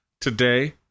today